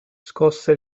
scosse